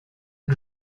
que